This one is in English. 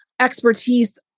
expertise